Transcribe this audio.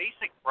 basic